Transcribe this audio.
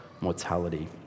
mortality